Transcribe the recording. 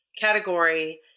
category